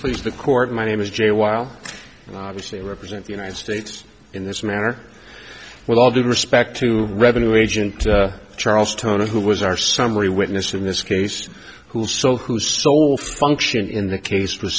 please the court my name is jay while obviously represent the united states in this manner with all due respect to revenue agent charles toner who was our summary witness in this case who was so whose sole function in the case was